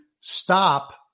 stop